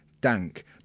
dank